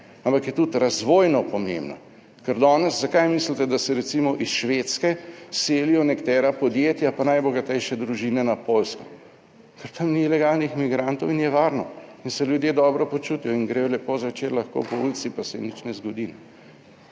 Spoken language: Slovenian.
ampak je tudi razvojno pomembna, ker danes, zakaj mislite, da se recimo iz Švedske selijo nekatera podjetja pa najbogatejše družine na Poljsko, ker tam ni ilegalnih migrantov in je varno in se ljudje dobro počutijo in gredo lepo zvečer lahko po ulici, pa se jim nič ne zgodi.